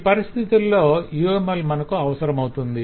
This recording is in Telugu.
ఈ పరిస్థితుల్లో UML మనకు అవసరమవుతుంది